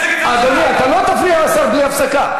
אדוני, אתה לא תפריע לשר בלי הפסקה.